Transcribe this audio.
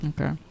okay